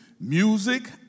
music